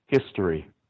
history